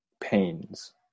Pains